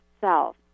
self